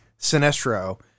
Sinestro